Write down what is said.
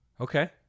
Okay